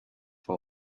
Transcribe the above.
for